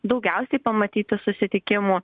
daugiausiai pamatyti susitikimų